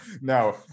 No